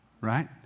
right